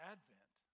Advent